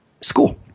school